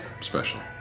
special